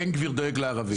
בן גביר דואג לערבים.